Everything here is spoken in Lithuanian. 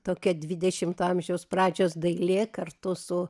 tokia dvidešimto amžiaus pradžios dailė kartu su